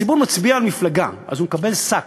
הציבור מצביע למפלגה, אז הוא מקבל שק.